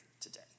today